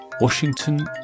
Washington